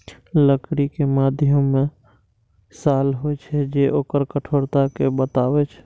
लकड़ी के मध्यभाग मे साल होइ छै, जे ओकर कठोरता कें बतबै छै